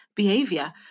Behavior